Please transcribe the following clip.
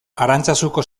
arantzazuko